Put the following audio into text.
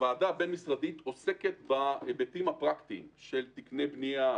הוועדה הבין-משרדית עוסקת בהיבטים הפרקטיים של תקני בנייה,